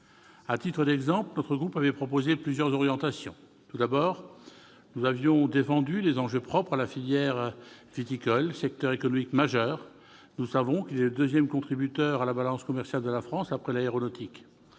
À titre d'exemple, notre groupe avait proposé plusieurs orientations. Tout d'abord, nous avions défendu les enjeux propres à la filière viticole, secteur économique majeur. Nous savons qu'il est le deuxième contributeur à la balance commerciale de la France, après l'aéronautique.